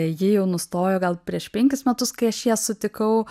ji jau nustojo gal prieš penkis metus kai aš ją sutikau